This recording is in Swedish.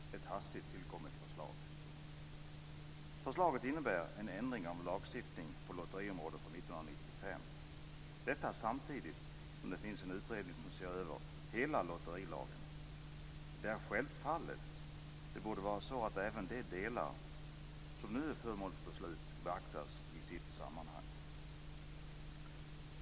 Fru talman! Riksdagen har att ta ställning till, som det ser ut, ett hastigt tillkommet förslag. Förslaget innebär en ändring av en lagstiftning på lotteriområdet från 1995, detta samtidigt som det finns en utredning som ser över hela lotterilagen. Det borde självfallet vara så att även de delar som nu är föremål för beslut beaktas där i sitt sammanhang.